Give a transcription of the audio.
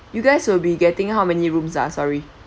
you guys will be getting how many rooms ah sorry